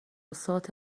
سات